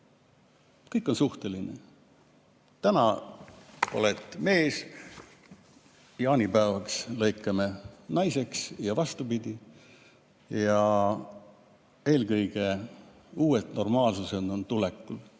Kõik on suhteline. Täna oled mees, jaanipäevaks lõikame naiseks ja vastupidi. Uus normaalsus on tulekul.